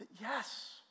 Yes